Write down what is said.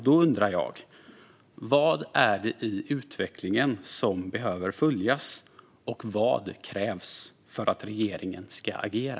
Då undrar jag: Vad är det i utvecklingen som behöver följas, och vad krävs för att regeringen ska agera?